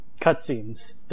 cutscenes